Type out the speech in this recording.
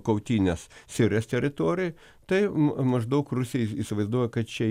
kautynės sirijos teritorijoj tai maždaug rusija įsivaizduoja kad čia